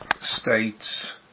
states